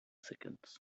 seconds